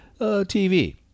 TV